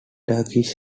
turkish